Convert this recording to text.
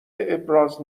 ابراز